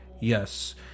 Yes